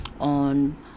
on